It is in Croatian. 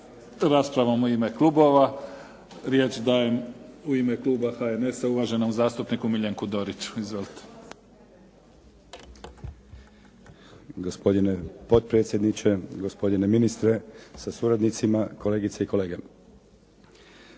raspravom u ime klubova. Riječ dajem u ime kluba HNS-a uvaženom zastupniku Miljenku Doriću. Izvolite. **Dorić, Miljenko (HNS)** Gospodine potpredsjedniče, gospodine ministre sa suradnicima, kolegice i kolege.